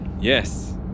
Yes